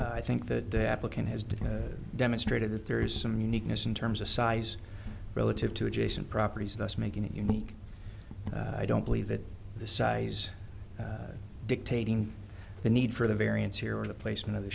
you i think that the applicant has been demonstrated that there is some uniqueness in terms of size relative to adjacent properties thus making it unique i don't believe that the size dictating the need for the variance here or the placement of the